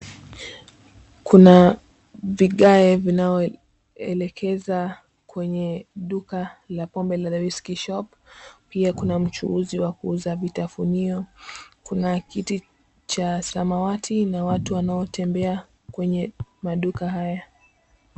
Kuna vigae vinaolekeza kwenye duka la pombe la {cs}whiskey shop{cs}. Pia kuna mchuuzi wa kuuza vitafunio, kuna kitu cha samawati na watu wanaotembea kwenye maduka haya.